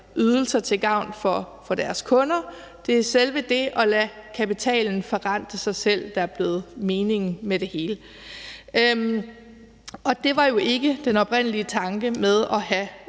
ydelser til gavn for deres kunder. Det er selve det at lade kapitalen forrente sig selv, der er blevet meningen med det hele. Det var jo ikke den oprindelige tanke med at have